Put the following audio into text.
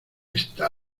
está